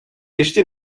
ještě